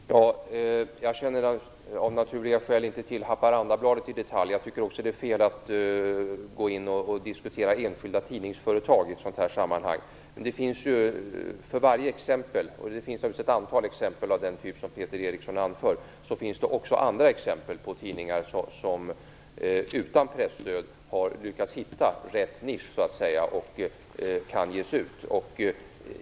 Fru talman! Jag känner av naturliga skäl inte till Haparandabladet i detalj. Jag tycker också att det är fel att diskutera enskilda tidningsföretag i ett sådant här sammanhang. Det finns ett antal exempel av den typ som Peter Eriksson anför. För varje sådant exempel finns också andra exempel på tidningar som utan presstöd har lyckats hitta rätt nisch och som kan ges ut.